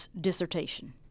dissertation